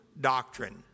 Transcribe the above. doctrine